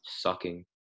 sucking